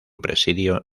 presidio